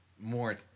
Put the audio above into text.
more